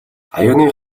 аяганы